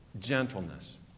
gentleness